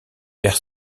perd